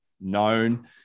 known